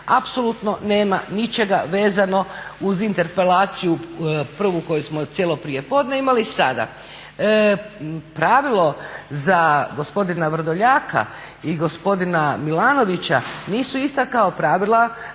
apsolutno nema ničega vezano uz interpelaciju prvu koju smo imali cijelo prijepodne imali i sada. pravilo za gospodina Vrdoljaka i za gospodina Milanovića nisu ista kao pravila